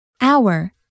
Hour